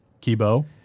Kibo